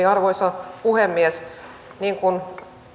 arvoisa puhemies niin kuin